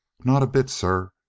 not a bit, sir.